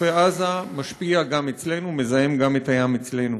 מחופי עזה משפיע גם אצלנו, מזהם גם את הים אצלנו.